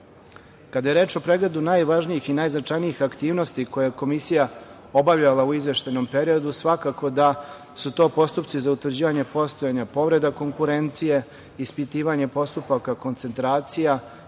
radu. Kada je reč o pregledu najvažnijih i najznačajnijih aktivnosti koje je Komisija obavljala u izveštajnom periodu, svakako da su to postupci za utvrđivanje postojanja povreda konkurencije, ispitivanje postupaka koncentracija